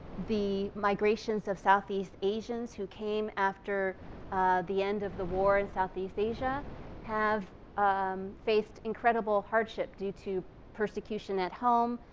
the migrations of southeast asians who came after the end of the war in southeast asia have um faced incredible hardship due to persecution at home.